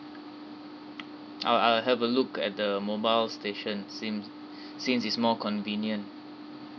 I'll I'll have a look at the mobile stations since since it's more convenient